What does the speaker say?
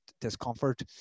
discomfort